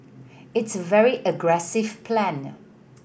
it's a very aggressive plan